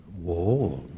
war